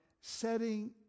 setting